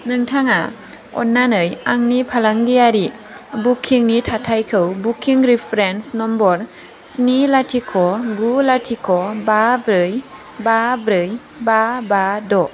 नोंथाङा अन्नानै आंनि फालांगियारि बुकिंनि थाथायखौ बुकिं रिफारेन्स नम्बर स्नि लाथिख' गु लाथिख' बा ब्रै बा ब्रै बा बा द'